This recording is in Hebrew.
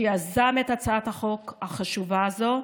שיזם את הצעת החוק החשובה הזו.